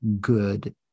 good